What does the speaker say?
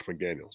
McDaniels